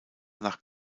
nach